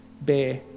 bear